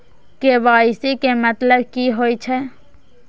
KYC के मतलब की होई छै?